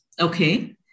Okay